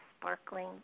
sparkling